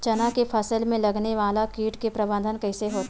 चना के फसल में लगने वाला कीट के प्रबंधन कइसे होथे?